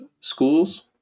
schools